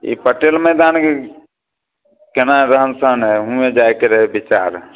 ई पटेल मैदानके केना रहन सहन है हुएँ जाइके रहै बिचार